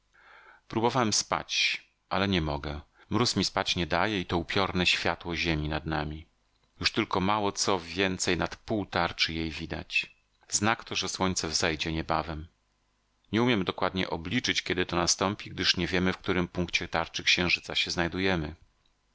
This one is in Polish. próbowałem spać ale nie mogę mróz mi spać nie daje i to upiorne światło ziemi nad nami już tylko mało co więcej nad pół tarczy jej widać znak to że słońce wzejdzie niebawem nie umiemy dokładnie obliczyć kiedy to nastąpi gdyż nie wiemy w którym punkcie tarczy księżyca się znajdujemy